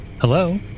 Hello